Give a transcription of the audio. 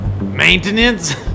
Maintenance